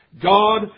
God